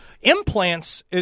implants